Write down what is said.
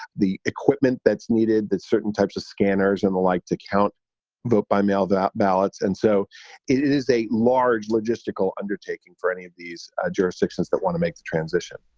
the equipment that's needed, that certain types of scanners and the like to count vote by mail that ballots. and so it is a large logistical undertaking for any of these ah jurisdictions that want to make the transition